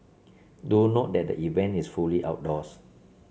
do note that the event is fully outdoors